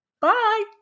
Bye